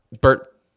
Bert